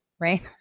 right